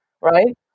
right